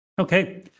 Okay